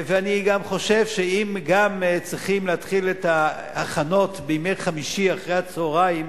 ואני גם חושב שגם אם צריכים להתחיל את ההכנות בימי חמישי אחר הצהריים,